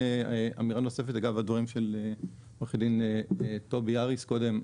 אמירה נוספת אגב הדברים של עו"ד טובי הריס קודם.